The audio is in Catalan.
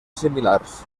similars